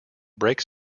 breaks